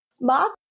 Mark